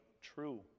true